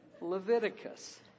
Leviticus